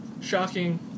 shocking